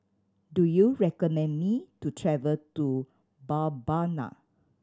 do you recommend me to travel to Mbabana